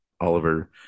Oliver